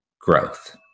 growth